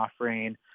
offering